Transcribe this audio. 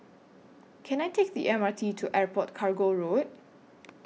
Can I Take The M R T to Airport Cargo Road